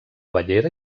bellera